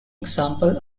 example